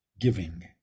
giving